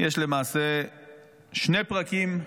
יש למעשה שני פרקים: